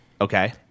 okay